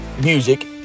music